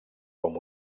com